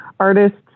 artists